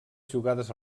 jugades